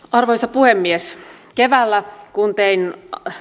arvoisa puhemies keväällä kun tein